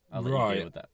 Right